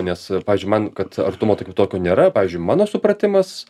nes pavyzdžiui man kad artumo kaip tokio nėra pavyzdžiui mano supratimas